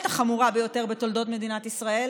החמורה ביותר בתולדות מדינת ישראל,